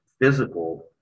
physical